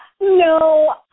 No